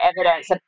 evidence